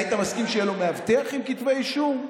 אתה היית מסכים שיהיה לו מאבטח עם כתבי אישום?